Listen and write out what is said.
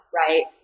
right